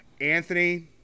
anthony